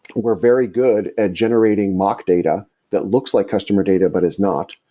we're very good at generating mock data that looks like customer data, but is not,